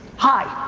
high.